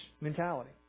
mentality